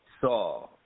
saw